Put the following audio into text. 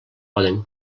poden